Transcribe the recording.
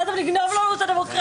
באתם לגנוב לנו את הדמוקרטיה.